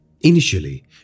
Initially